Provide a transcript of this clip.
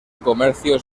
comercio